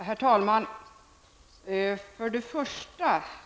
Herr talman!